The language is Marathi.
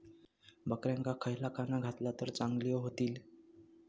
बकऱ्यांका खयला खाणा घातला तर चांगल्यो व्हतील?